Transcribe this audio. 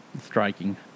striking